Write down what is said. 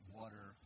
water